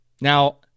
Now